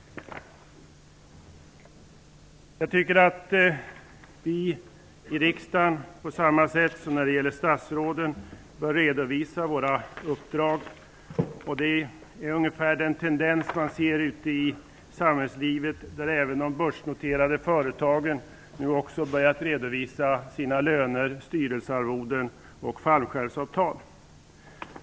Jag tycker att vi i riksdagen på samma sätt som när det gäller statsråden bör redovisa våra uppdrag. Det är ungefär den tendens man ser ute i samhällslivet, där även de börsnoterade företagen nu börjat redovisa sina löner, styrelsearvoden och fallskärmsavtal.